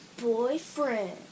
boyfriend